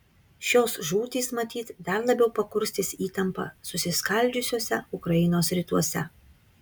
šios žūtys matyt dar labiau pakurstys įtampą susiskaldžiusiuose ukrainos rytuose